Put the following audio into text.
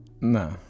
No